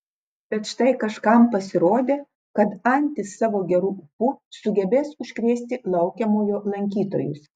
bet štai kažkam pasirodė kad antys savo geru ūpu sugebės užkrėsti laukiamojo lankytojus